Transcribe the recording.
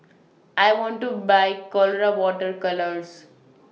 I want to Buy Colora Water Colours